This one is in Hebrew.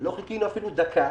לא חיכינו אפילו דקה